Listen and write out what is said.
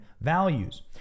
values